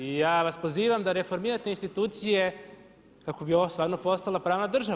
I ja vas pozivam da reformirat institucije kako bi ovo stvarno postala pravna država.